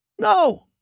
No